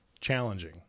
challenging